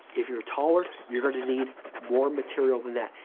if you're taller, you're going to need more material than that.